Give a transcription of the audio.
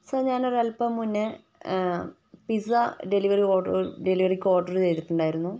sir ഞാനൊരല്പം മുന്നേ pizza delivery order ഡെലിവെറിക്ക് ഓർഡർ ചെയ്തിട്ടുണ്ടായിരുന്നു